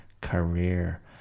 career